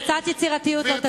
קצת יצירתיות לא תזיק.